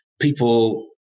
people